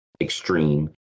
extreme